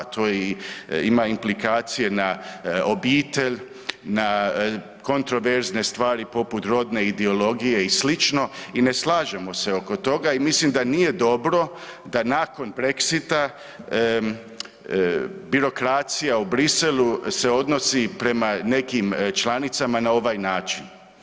To ima implikacije na obitelj, na kontraverzne stvari poput rodne ideologije i slično, i ne slažemo se oko toga i mislim da nije dobro da nakon Brexita birokracija u Bruxellesu se odnosi prema nekim članicama na ovaj način.